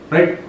Right